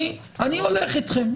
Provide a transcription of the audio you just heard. אני הולך אתכם.